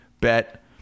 bet